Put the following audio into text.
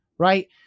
Right